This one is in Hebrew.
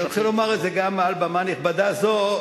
אני רוצה לומר את זה גם מעל במה נכבדה זו,